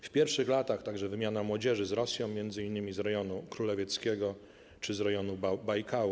W pierwszych latach to także wymiana młodzieży z Rosją, m.in. z rejonu królewieckiego czy z rejonu Bajkału.